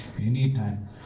anytime